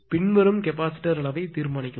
பின்வரும் கெப்பாசிட்டர் அளவைத் தீர்மானிக்கவும்